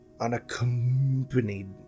unaccompanied